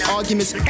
Arguments